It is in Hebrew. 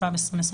התשפ"ב-2021